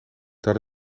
dat